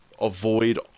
avoid